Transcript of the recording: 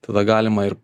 tada galima ir